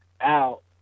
out